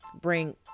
bring